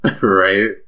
right